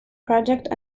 project